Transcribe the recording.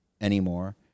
anymore